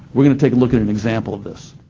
we're going to take a look at an example of this.